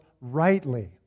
rightly